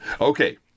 Okay